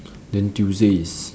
then tuesday is